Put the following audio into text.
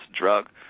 drug